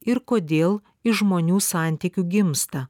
ir kodėl iš žmonių santykių gimsta